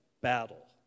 battle